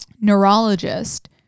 neurologist